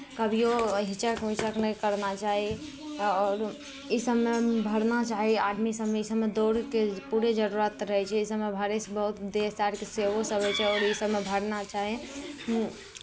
कभिओ हिचक उचक नहि करना चाही आओर इसभमे भरना चाही आर्मी सभमे इसभमे दौड़के पूरे जरूरत रहै छै इसभमे भरयसँ बहुत देश आरके सेहो सभ रहै छै आओर इसभमे भरना चाही हमहूँ